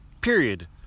period